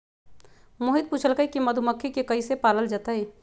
मोहित पूछलकई कि मधुमखि के कईसे पालल जतई